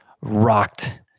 rocked